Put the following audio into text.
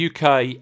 UK